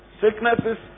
sicknesses